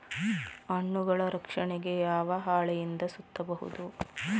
ಹಣ್ಣುಗಳ ರಕ್ಷಣೆಗೆ ಯಾವ ಹಾಳೆಯಿಂದ ಸುತ್ತಬಹುದು?